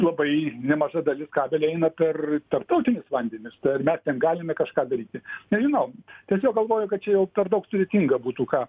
labai nemaža dalis kabelio eina per tarptautinius vandenis tai ar mes ten galime kažką daryti nežinau tiesiog galvoju kad čia jau per daug sudėtinga būtų ką